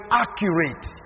accurate